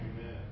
Amen